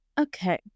Okay